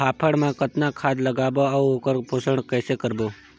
फाफण मा कतना खाद लगाबो अउ ओकर पोषण कइसे करबो?